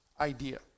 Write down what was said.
idea